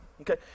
Okay